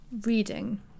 reading